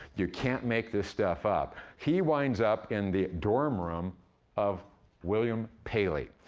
you can't make this stuff up. he winds up in the dorm room of william paley.